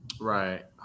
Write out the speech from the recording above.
Right